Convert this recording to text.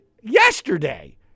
yesterday